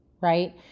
right